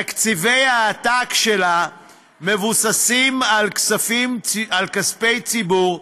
תקציבי העתק שלה מבוססים על כספי ציבור,